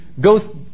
go